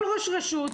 כל ראש רשות,